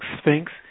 Sphinx